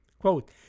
Quote